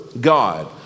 God